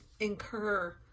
incur